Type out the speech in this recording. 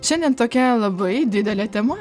šiandien tokia labai didelė tema